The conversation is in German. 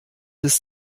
ist